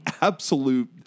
absolute